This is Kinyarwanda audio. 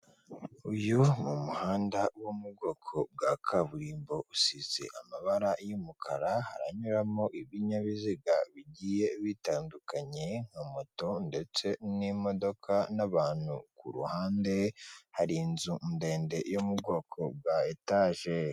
Uyu ni umuhanda wo mu bwoko bwa kaburimbo, usize amabara y'umukara, hanyuramo ibinyabiziga bigiye bitandukanye, nka moto ndetse n'imodoka n'abantu, ku ruhande hari inzu ndende yo mu bwoko bwa etaje.